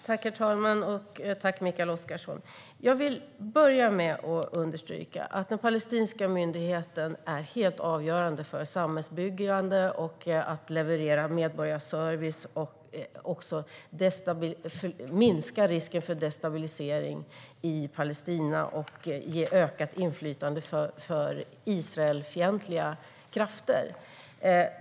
Herr talman! Jag vill börja med att understryka att den palestinska myndigheten är helt avgörande för samhällsbyggande, för att leverera medborgarservice och minska risken för destabilisering i Palestina och minska risken för att ge ökat inflytande för Israelfientliga krafter.